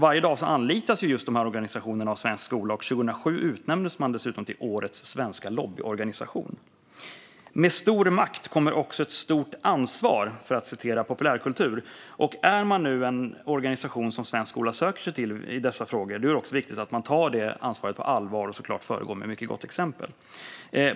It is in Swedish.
Varje dag anlitas dessa organisationer av svenska skolor, och 2007 utnämndes RFSL dessutom till årets svenska lobbyorganisation. Med stor makt kommer också ett stort ansvar, sägs det. Är man en organisation som svensk skola vänder sig till i dessa frågor är det viktigt att man tar detta ansvar på allvar och föregår med gott exempel.